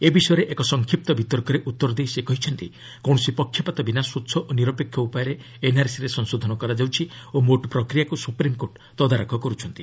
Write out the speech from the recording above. ଏ ବିଷୟରେ ଏକ ସଂକ୍ଷିପ୍ତ ବିତର୍କରେ ଉତ୍ତର ଦେଇ ସେ କହିଛନ୍ତି କୌଣସି ପକ୍ଷପାତ ବିନା ସ୍ୱଚ୍ଚ ଓ ନିରପେକ୍ଷ ଉପାୟରେ ଏନ୍ଆର୍ସିରେ ସଂଶୋଧନ କରାଯାଉଛି ଓ ମୋଟ ପ୍ରକ୍ରିୟାକୁ ସୁପ୍ରିମ୍କୋର୍ଟ ତଦାରଖ କରୁଛନ୍ତି